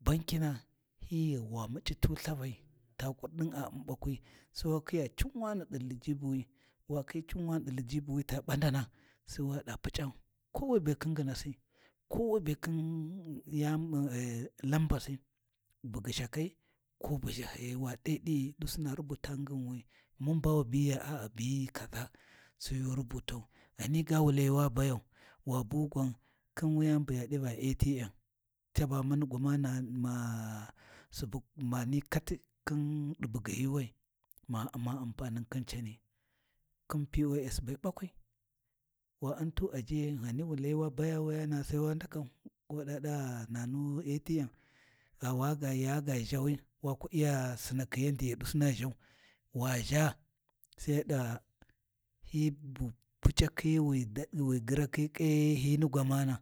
Bankina hi ghi wa muc’i tu lthavai ta kurɗin a U’m baƙwi, sai wa khiya cinwani ɗi Lijibuwi wa kyi cinwani ɗi Lijibuwi ta ɓandana, Sai waɗa Puc’au, kowai be khin nginsi, kowai be khin yam be Lambasi, bu gyishakai ko bu ʒhahiyai, wa t’ai ɗi’i ɗusuna rubuta nginwi, mun ba wu biyiya a’a ghi biyi kaʒa sai yu rubutau, ghani ga wu layi, wa bayau, wa bu gwan khi wuyani bu ya ɗi va ATM caba muni gwamana mani su mani kati khin di bugyi yuuwai ma U’ma ampani khi cani khin POS be bakwi wa U’n tu ajiyai ghani wa Lai wa baya wuyaha sai wa ndakau wada ɗa nanu ATM gha ʒawi wa ku Iya sinakhi yanda dusina ʒhau, wa ʒha sau yada hi bu Puc’akhi wi gyirakhi kye hi ni gwamana?